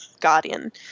guardian